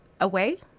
away